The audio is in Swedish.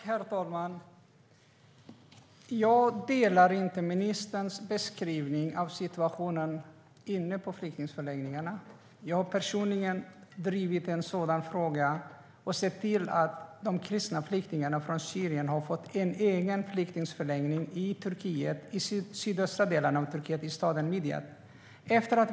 Herr talman! Jag instämmer inte i ministerns beskrivning av situationen inne på flyktingförläggningarna. Jag har själv drivit en sådan fråga och sett till att de kristna flyktingarna från Syrien har fått en egen flyktingförläggning i Turkiet, i staden Midyat i de sydöstra delarna av Turkiet.